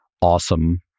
awesome